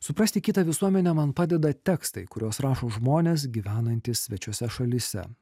suprasti kitą visuomenę man padeda tekstai kuriuos rašo žmonės gyvenantys svečiose šalyse